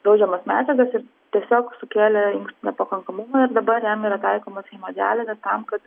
draudžiamas medžiagas ir tiesiog sukėlė inkstų nepakankamumą ir dabar jam yra taikomos hemodializės tam kad